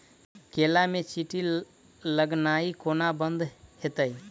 केला मे चींटी लगनाइ कोना बंद हेतइ?